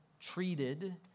treated